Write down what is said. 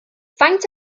faint